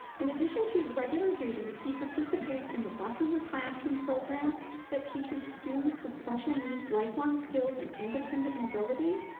in addition to his regular duties, he participates in the bus in the classroom program that teaches students with special needs lifelong skills and independent mobility,